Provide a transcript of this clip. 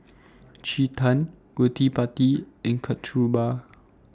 Chetan Gottipati and Kasturba